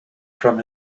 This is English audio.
from